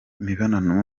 imibonano